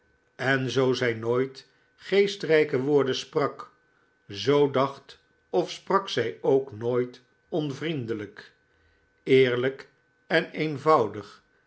en zoo zij nooit geestrijke woorden sprak zoo dacht of sprak zij ook nooit onvriendelijk eerlijk en eenvoudig